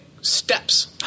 steps